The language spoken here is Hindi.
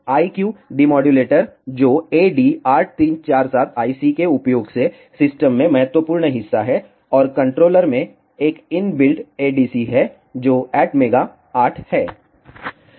I Q डेमोडुलेटर जो AD8347 IC के उपयोग से सिस्टम में महत्वपूर्ण हिस्सा है और कंट्रोलर में एक इनबिल्ट ADC है जो ATMEGA 8 है